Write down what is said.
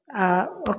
आ ओ